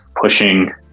pushing